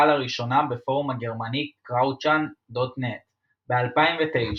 לראשונה בפורום הגרמני Krautchan.net ב-2009.